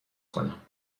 کنم